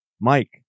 Mike